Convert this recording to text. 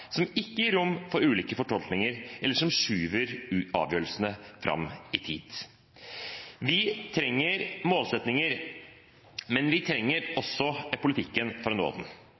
som ikke gir rom for ulike fortolkninger eller som skyver avgjørelsene fram i tid. Vi trenger målsettinger, men vi trenger også politikken for å nå